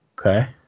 Okay